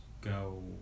go